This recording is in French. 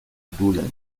doullens